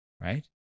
right